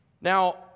Now